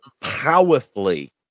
powerfully